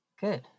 Good